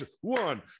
One